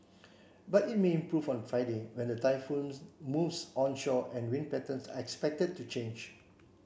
but it may improve on Friday when the typhoon moves onshore and wind patterns are expected to change